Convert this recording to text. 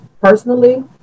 personally